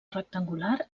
rectangular